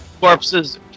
corpses